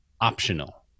optional